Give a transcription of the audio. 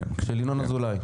של ינון אזולאי.